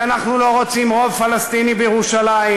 כי אנחנו לא רוצים רוב פלסטיני בירושלים